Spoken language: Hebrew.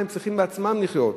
הם צריכים בעצמם לחיות.